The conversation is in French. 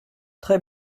très